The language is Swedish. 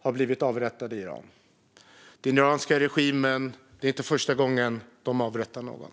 har blivit avrättade i Iran. Det är inte första gången den iranska regimen avrättar någon.